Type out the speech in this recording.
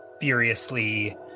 furiously